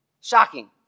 Shocking